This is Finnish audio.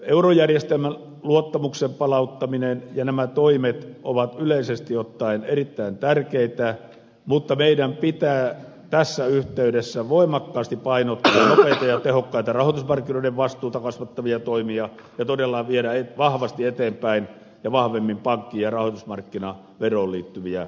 eurojärjestelmän luottamuksen palauttaminen ja nämä toimet ovat yleisesti ottaen erittäin tärkeitä mutta meidän pitää tässä yhteydessä voimakkaasti painottaa nopeita ja tehokkaita rahoitusmarkkinoiden vastuuta kasvattavia toimia ja todella viedä vahvasti ja vahvemmin eteenpäin pankki ja rahoitusmarkkinaveroon liittyviä esityksiä